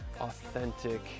authentic